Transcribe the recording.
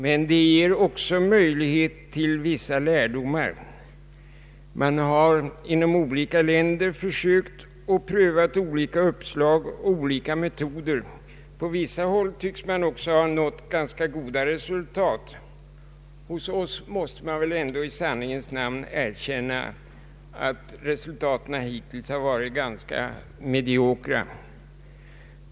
Men det ger också möjlighet till vissa lärdomar. Man har inom olika länder försökt och prövat olika uppslag och olika metoder. På vissa håll tycks man också ha nått goda resultat. Hos oss har väl resultaten än så länge varit ganska mediokra.